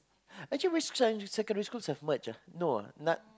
actually which secondary secondary schools have merged ah no ah none